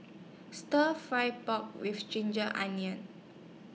Stir Fry Pork with Ginger Onion